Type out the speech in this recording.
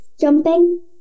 Jumping